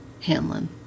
Hanlon